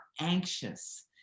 anxious